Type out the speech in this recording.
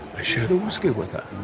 i shared a whiskey with that.